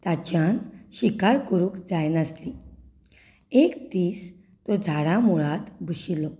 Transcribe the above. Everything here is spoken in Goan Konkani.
ताच्यान शिकार करूंक जायनासली एक दीस तो झाडा मुळांत बशिल्लो